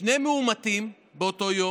שני מאומתים באותו יום,